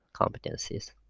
competencies